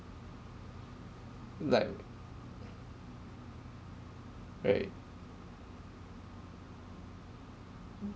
that way right